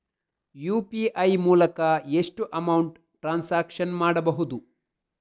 UPI ಮೂಲಕ ಎಷ್ಟು amount transaction ಮಾಡಬಹುದು?